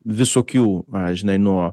visokių va žinai nuo